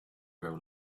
grow